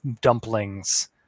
dumplings